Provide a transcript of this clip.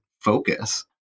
focus